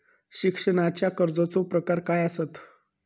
शिक्षणाच्या कर्जाचो प्रकार काय आसत?